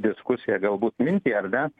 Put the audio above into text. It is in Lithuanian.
diskusiją galbūt mintį ar ne